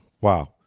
wow